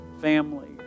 family